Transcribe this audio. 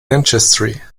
ancestry